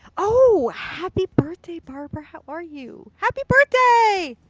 oh! happy birthday barbara. how are you? happy birthday!